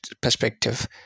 perspective